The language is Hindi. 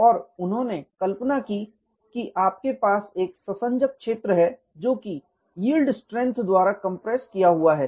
और उन्होंने कल्पना की कि आपके पास एक ससंजक क्षेत्र है जो कि यील्ड स्ट्रेंथ द्वारा कंप्रेस किया हुआ है